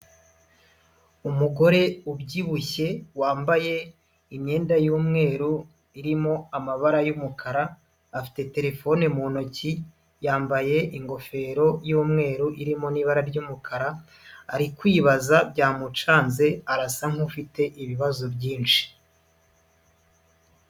Umugore ubyibushye wambaye imyenda y'umweru irimo amabara y'umukara, afite terefone mu ntoki, yambaye ingofero y'umweru irimo n'ibara ry'umukara, ari kwibaza byamucanze arasa nkufite ibibazo byinshi.